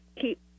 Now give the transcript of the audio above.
keep